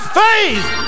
faith